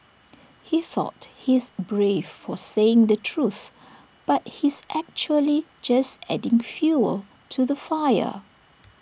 he thought he's brave for saying the truth but he's actually just adding fuel to the fire